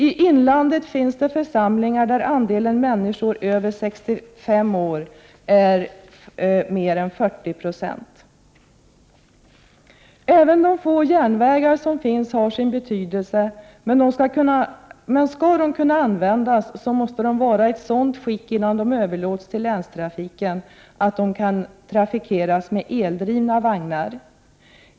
I inlandet finns det församlingar där andelen människor över 65 år är större än 40 96. Även de få järnvägar som finns har sin betydelse, men skall de kunna användas måste de innan de överlåts till länstrafiken vara i ett sådant skick att de kan trafikeras med eldrivna vagnar.